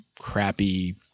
crappy